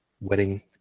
wedding